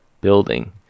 building